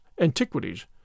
antiquities